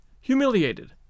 humiliated